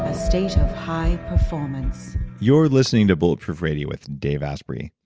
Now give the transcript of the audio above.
ah state of high performance you are listening to bulletproof radio with dave asprey.